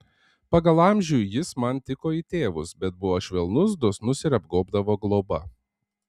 pagal amžių jis man tiko į tėvus bet buvo švelnus dosnus ir apgobdavo globa